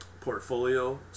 portfolio